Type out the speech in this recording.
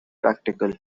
practical